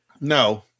No